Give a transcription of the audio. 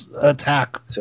attack